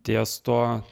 ties tuo